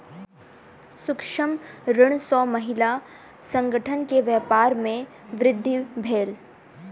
सूक्ष्म ऋण सॅ महिला संगठन के व्यापार में वृद्धि भेल